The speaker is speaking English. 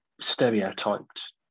stereotyped